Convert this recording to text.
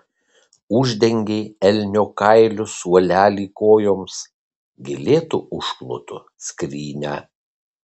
uždengei elnio kailiu suolelį kojoms gėlėtu užklotu skrynią